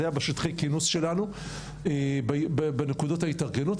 זה היה בשטחי כינוס שלנו בנקודות ההתארגנות.